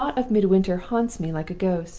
the thought of midwinter haunts me like a ghost.